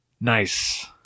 nice